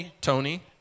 Tony